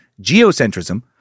geocentrism